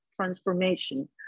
transformation